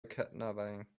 kidnapping